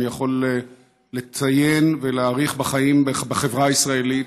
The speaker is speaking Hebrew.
יכול לציין ולהעריך בחיים בחברה הישראלית.